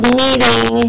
meeting